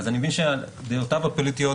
אני מבין שדעותיו הפוליטיות,